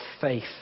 faith